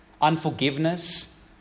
unforgiveness